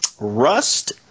Rust